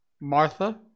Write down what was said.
Martha